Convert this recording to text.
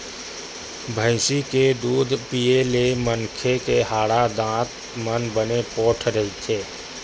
भइसी के दूद पीए ले मनखे के हाड़ा, दांत मन बने पोठ रहिथे